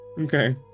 Okay